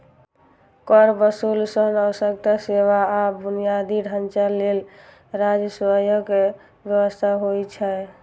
कर वसूली सं आवश्यक सेवा आ बुनियादी ढांचा लेल राजस्वक व्यवस्था होइ छै